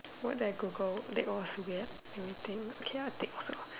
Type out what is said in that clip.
what did I Google that was weird anything okay ah take so